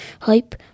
hype